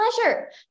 pleasure